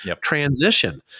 transition